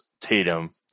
Tatum